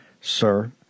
sir